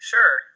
Sure